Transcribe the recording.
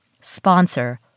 sponsor